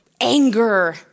anger